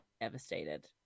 devastated